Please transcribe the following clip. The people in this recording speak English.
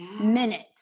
minutes